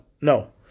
no